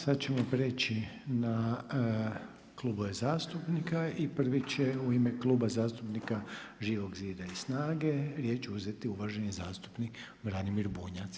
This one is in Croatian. Sad ćemo prijeći na klubove zastupnika i prvi će u ime Kluba zastupnika Živog zida i SNAGA-e riječ uzeti uvaženi zastupnik Branimir Bunjac.